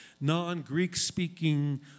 non-Greek-speaking